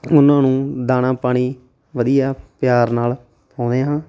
ਉਹਨਾਂ ਨੂੰ ਦਾਣਾ ਪਾਣੀ ਵਧੀਆ ਪਿਆਰ ਨਾਲ ਪਾਉਂਦੇ ਹਾਂ